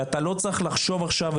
ואתה לא צריך לחשוב עכשיו,